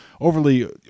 overly